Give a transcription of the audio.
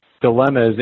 dilemmas